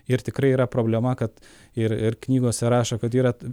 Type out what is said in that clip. ir tikrai yra problema kad ir ir knygose rašo kad yra